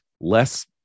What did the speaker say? less